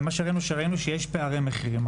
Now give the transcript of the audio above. ראינו שיש פערי מחירים.